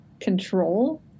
control